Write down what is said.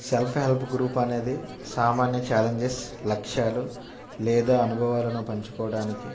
self help group అనేది సామాన్య challenges లక్ష్యాలు లేదా అనుభవాలను పంచుకోవడానికి